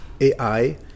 AI